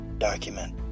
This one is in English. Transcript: document